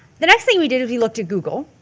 the next thing we did is we looked at google.